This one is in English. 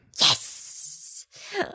Yes